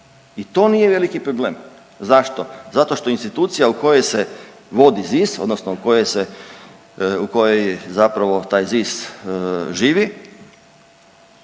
I to nije veliki problem. Zašto? Zato što institucija u kojoj se vodi ZIS, odnosno u koje se, koji zapravo taj ZIS živi,